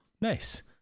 nice